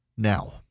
Now